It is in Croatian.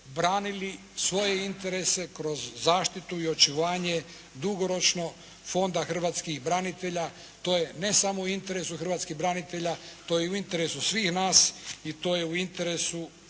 branili svoje interese kroz zaštitu i očuvanje dugoročno Fonda hrvatskih branitelja. To je ne samo u interesu hrvatskih branitelja. To je u interesu svih nas i to je u interesu